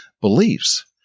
beliefs